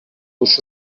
موش